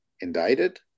indicted